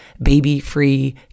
baby-free